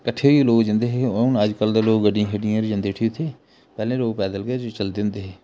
कट्ठे होइयै लोक जंदे हे हुन अजकल ते लोक गड्डिएं शड्डिएं पर जंदे उठी उत्थै पैह्ले लोक पैदल गै चलदे हुंदे हे